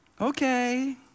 okay